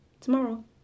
tomorrow